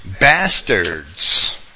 Bastards